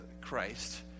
Christ